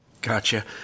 gotcha